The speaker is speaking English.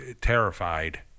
terrified